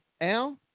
Al